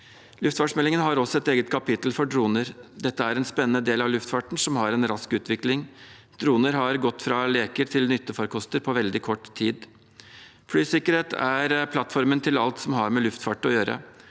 Luftfartsmeldingen har også et eget kapittel om droner. Dette er en spennende del av luftfarten som har en rask utvikling. Droner har gått fra å være leker til å bli nyttefarkoster på veldig kort tid. Flysikkerhet er plattformen til alt som har med luftfart å gjøre.